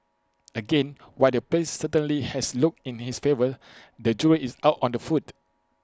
again while the place certainly has looks in its favour the jury is out on the food